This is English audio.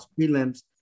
prelims